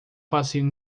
passeio